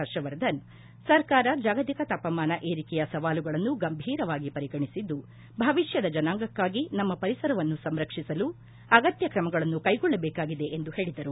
ಹರ್ಷವರ್ಧನ್ ಸರ್ಕಾರ ಜಾಗತಿಕ ತಾಪಮಾನ ಏರಿಕೆಯ ಸವಾಲುಗಳನ್ನು ಗಂಭೀರವಾಗಿ ಪರಿಗಣಿಸಿದ್ದು ಭವಿಷ್ನದ ಜನಾಂಗಕ್ಕಾಗಿ ನಮ್ಮ ಪರಿಸರವನ್ನು ಸಂರಕ್ವಿಸಲು ಅಗತ್ಯ ಕ್ರಮಗಳನ್ನು ಕೈಗೊಳ್ಳಬೇಕಾಗಿದೆ ಎಂದು ಹೇಳಿದರು